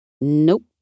Nope